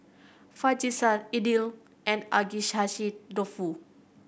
Fajitas Idili and Agedashi Dofu